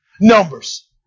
Numbers